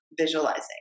visualizing